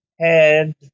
head